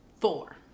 four